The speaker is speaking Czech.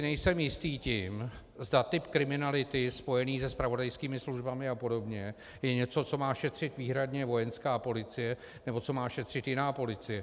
Nejsem si jistý tím, zda typ kriminality spojený se zpravodajskými službami a podobně je něco, co má šetřit výhradně Vojenská policie, nebo co má šetřit jiná policie.